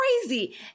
crazy